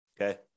okay